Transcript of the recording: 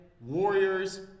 Warriors